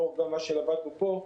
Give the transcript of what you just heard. גם לאור מה שלמדנו פה.